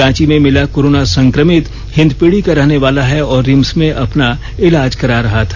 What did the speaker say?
रांची में मिला कोरोना संक्रमित हिंदपीढ़ी का रहनेवाला है और रिम्स में अपना इलाज करा रहा था